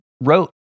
wrote